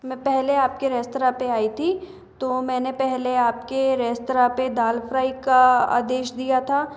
मैं पहले आपके रेस्तराँ पर आई थी तो मैंने पहले आपके रेस्तराँ पर दाल फ्राई का आदेश दिया था